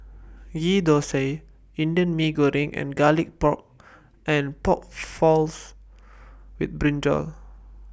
Ghee Thosai Indian Mee Goreng and Garlic Pork and Pork Floss with Brinjal